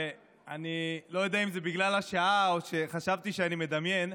ואני לא יודע אם זה בגלל השעה או שחשבתי שאני מדמיין,